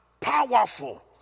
powerful